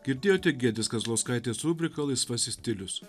girdėjote giedrės kazlauskaitės rubriką laisvasis stilius